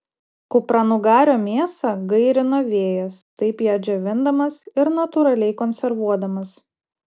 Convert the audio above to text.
kupranugario mėsą gairino vėjas taip ją džiovindamas ir natūraliai konservuodamas